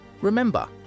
Remember